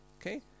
okay